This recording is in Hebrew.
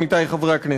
עמיתי חברי הכנסת.